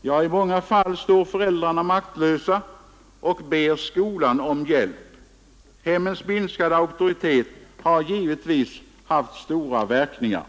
Ja, i många fall står föräldrarna maktlösa och ber skolan om hjälp. Hemmens minskade auktoritet har givetvis haft stora verkningar.